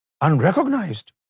unrecognized